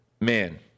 man